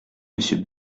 monsieur